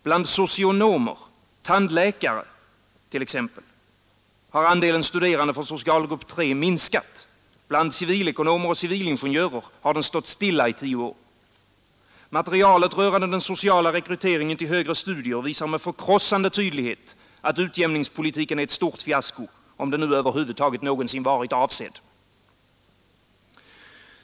Bland socionomer och tandläkare har t.ex. andelen studerande från socialgrupp 3 minskat. Bland civilekonomer och civilingenjörer har den stått stilla i tio år. Materialet rörande den sociala rekryteringen till högre studier visar med förkrossande tydlighet att utjämningspolitiken är ett stort fiasko, om den nu över huvud taget någonsin varit avsedd.